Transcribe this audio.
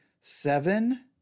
Seven